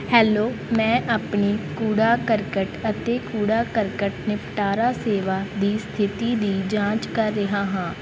hello ਮੈਂ ਆਪਣੀ ਕੂੜਾ ਕਰਕਟ ਅਤੇ ਕੂੜਾ ਕਰਕਟ ਨਿਪਟਾਰਾ ਸੇਵਾ ਦੀ ਸਥਿਤੀ ਦੀ ਜਾਂਚ ਕਰ ਰਿਹਾ ਹਾਂ